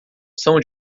são